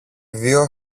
δυο